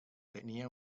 tenía